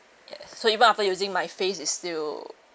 yes so even after using my face is still